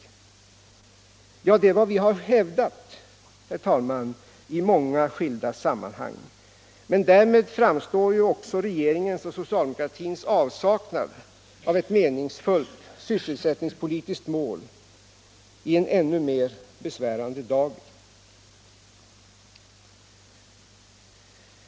Ja, det är vad vi har hävdat, herr talman, i många olika sammanhang, men därmed framstår ju också regeringens och socialdemokratins avsaknad av ett meningsfullt sysselsättningspolitiskt mål i en ännu mer besvärande dager.